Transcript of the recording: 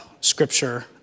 Scripture